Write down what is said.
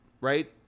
right